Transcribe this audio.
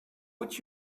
would